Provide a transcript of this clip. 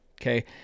Okay